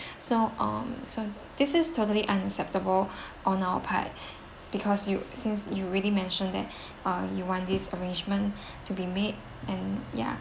so um so this is totally unacceptable on our part because you since you already mentioned that uh you want these arrangements to be made and ya